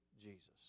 Jesus